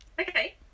okay